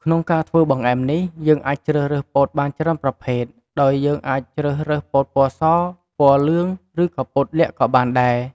ក្នុងការធ្វើបង្អែមនេះយើងអាចជ្រើសរើសពោតបានច្រើនប្រភេទ ដោយយើងអាចជ្រើសពោតពណ៌ស ពណ៌លឿង ឬក៏ពោតល័ខក៏បានដែរ។